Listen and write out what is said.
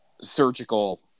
surgical